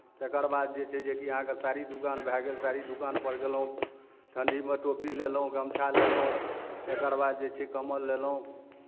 तकर बाद जे छै जे कि अहाँके साड़ी दोकान भए गेल साड़ी दोकानपर गेलहुँ ठण्ढीमे टोपी लेलहुँ गमछा लेलहुँ तकर बाद जे छै जे कम्बल ललहुँ